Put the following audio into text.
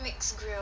mix grill